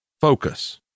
focus